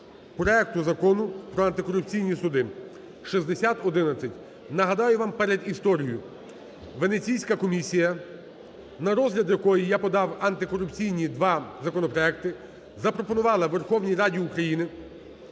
проекту Закону про антикорупційні суди (6011). Нагадаю вам передісторію. Венеційська комісія, на розгляд якої я подав антикорупційні два законопроекти, запропонувала Верховній Раді України